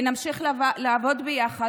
ונמשיך לעבוד ביחד,